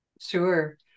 Sure